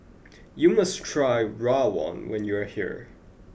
you must try Rawon when you are here